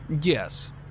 Yes